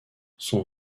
son